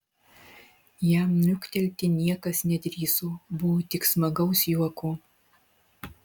jam niuktelti niekas nedrįso buvo tik smagaus juoko